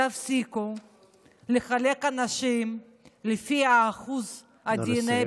תפסיקו לחלק אנשים לפי האחוז של הדנ"א,